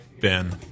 Ben